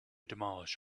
demolish